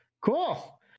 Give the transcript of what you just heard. cool